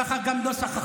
פעם היה